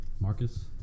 Marcus